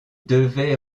devait